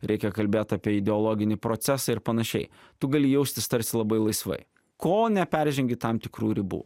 reikia kalbėt apie ideologinį procesą ir panašiai tu gali jaustis tarsi labai laisvai kol neperžengi tam tikrų ribų